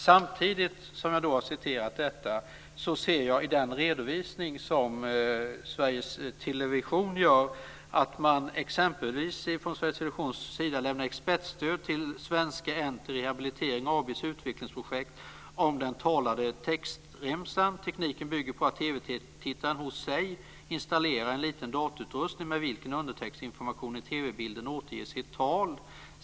Samtidigt som jag har citerat detta ser jag i den redovisning som Sveriges Television gör att man exempelvis från Sveriges Televisions sida lämnar expertstöd till Svenska Enter Rehabilitering AB:s utvecklingsprojekt om den talade textremsan. Tekniken bygger på att TV-tittaren hos sig installerar en liten datorutrustning med vilken undertextsinformationen i TV-bilden återges i tal.